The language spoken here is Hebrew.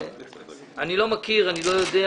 אני לא מכיר ואני לא יודע.